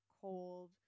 cold